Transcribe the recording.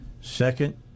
Second